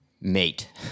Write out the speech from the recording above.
mate